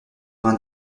vingt